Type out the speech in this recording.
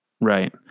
right